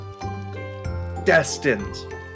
destined